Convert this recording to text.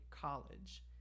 college